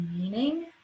meaning